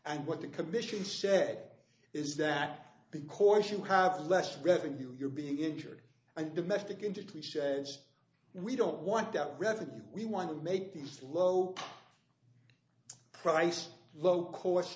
and what the commission said is that the course you have less revenue you're being injured and domestic into it we said we don't want that revenue we want to make these low priced low cost